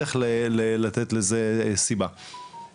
דרך יחידות והיום אנחנו עסוקים בבניית יחידות,